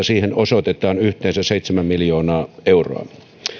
siihen osoitetaan yhteensä seitsemän miljoonaa euroa